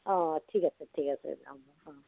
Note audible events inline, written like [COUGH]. অঁ ঠিক আছে ঠিক আছে [UNINTELLIGIBLE]